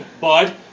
bud